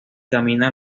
camina